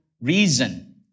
reason